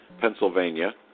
Pennsylvania